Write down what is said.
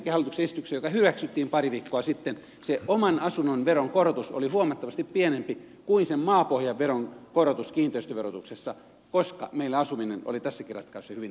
ja nyt viimeisessäkin hallituksen esityksessä joka hyväksyttiin pari viikkoa sitten sen oman asunnon veron korotus oli huomattavasti pienempi kuin sen maapohjan veron korotus kiinteistöverotuksessa koska meillä asuminen oli tässäkin ratkaisussa hyvin tärkeätä